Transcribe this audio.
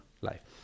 life